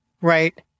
Right